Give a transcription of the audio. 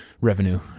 revenue